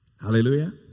Hallelujah